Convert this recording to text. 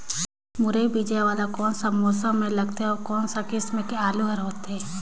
मुरई बीजा वाला कोन सा मौसम म लगथे अउ कोन सा किसम के आलू हर होथे?